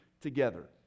together